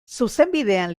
zuzenbidean